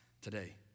today